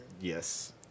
Yes